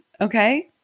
okay